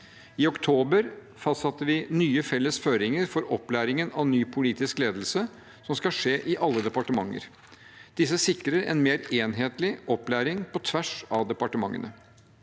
I oktober fastsatte vi nye felles føringer for opplæringen av ny politisk ledelse som skal skje i alle departementer. Disse sikrer en mer enhetlig opplæring på tvers av departementene.